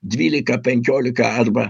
dvylika penkiolika arba